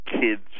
kids